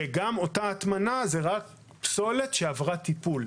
וגם שאותה הטמנה תהיה רק פסולת שעברה טיפול.